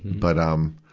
but, um,